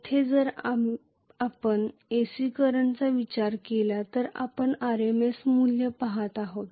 येथे जरी आपण AC करंटचा विचार केला तर आपण RMS मूल्य पहात आहोत